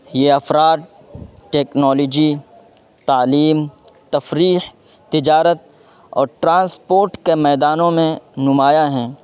یہ افراد ٹیکنالوجی تعلیم تفریح تجارت اور ٹرانسپورٹ کے میدانوں میں نمایاں ہیں